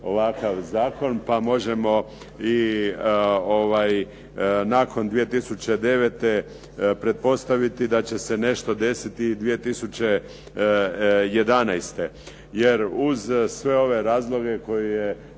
ovakav zakon pa možemo i nakon 2009. pretpostaviti da će se nešto desiti i 2011. jer uz sve ove razloge koje je